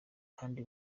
kandi